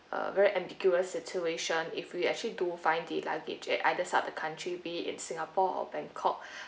uh a very ambiguous situation if we actually do find the luggage at either side the country be it in singapore or bangkok